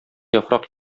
яфрак